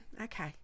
okay